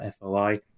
FOI